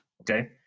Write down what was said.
Okay